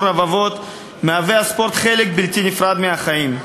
רבבות הספורט מהווה חלק בלתי נפרד מהחיים.